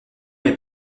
est